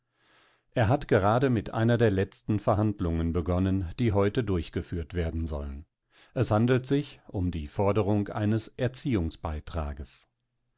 er hat gerade mit einer der letzten verhandlungen begonnen die heute durchgeführt werden sollen es handelt sich um die forderung eines